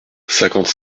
cinquante